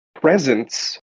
presence